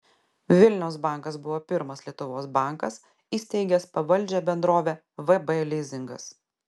vilniaus bankas buvo pirmas lietuvos bankas įsteigęs pavaldžią bendrovę vb lizingas